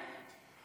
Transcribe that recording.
תודה.